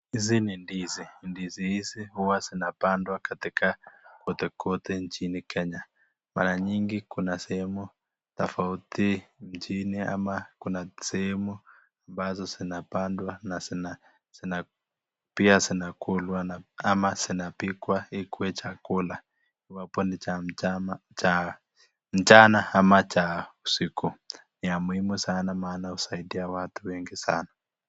Hizi ni ndizi. Ndizi hizi huwa zinapandwa katika kotekote nchini Kenya. Mara nyingi kuna sehemu tofauti nchini ama kuna sehemu ambazo zinapandwa na pia zinakulwa ama zinapikwa ikuwe chakula iwapo ni cha mchana ama cha usiku. Ni ya muhimu sana maana husaidia watu wengi sana.